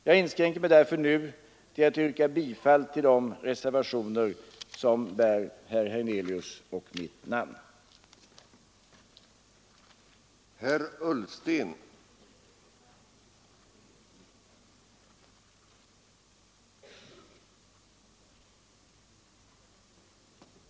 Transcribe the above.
Jag inskränker mig därför nu till att yrka bifall till reservationerna 3, 4, 5, 6, 8, 11, 12, 13 och 14.